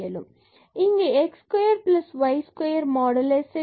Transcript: இங்கு x square y square modulus x modulus y உள்ளது